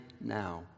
now